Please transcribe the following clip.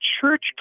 church